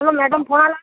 hello madam